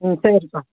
ம் சரிப்பா